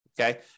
okay